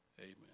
Amen